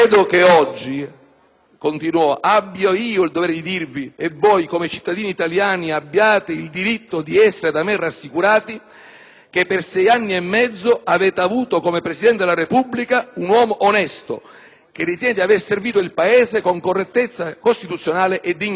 oggi abbia io il dovere di dirvi - e voi, come cittadini italiani, abbiate il diritto di essere da me rassicurati - che per sei anni e mezzo avete avuto come Presidente della Repubblica un uomo onesto, che ritiene di aver servito il Paese con correttezza costituzionale e dignità morale»*.*